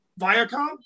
Viacom